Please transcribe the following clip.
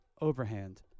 Overhand